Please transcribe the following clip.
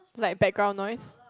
like background noise